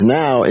now